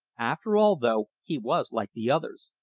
after all, though, he was like the others.